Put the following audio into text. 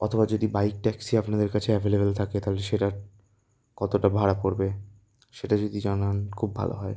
অথবা যদি bike taxi আপনাদের কাছে অ্যাভেলেবল থাকে তাহলে সেটার কতটা ভাড়া পড়বে সেটা যদি জানান খুব ভালো হয়